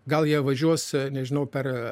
gal jie važiuos nežinau per